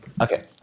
Okay